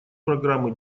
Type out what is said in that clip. программы